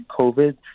COVID